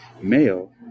Male